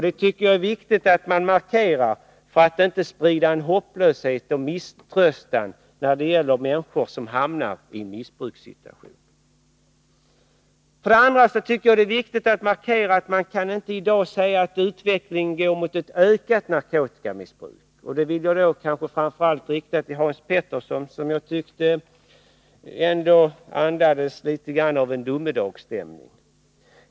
Det är enligt min mening väsentligt att markera detta för att inte sprida hopplöshet och misströstan bland människor som hamnat i en missbrukssituation. För det andra tycker jag det är viktigt att markera att man i dag inte kan säga att utvecklingen går mot ett ökat narkotikamissbruk. Jag vänder mig då särskilt till Hans Petersson i Röstånga, vars anförande jag tyckte andades domedagsstämning.